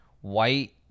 white